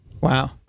Wow